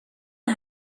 det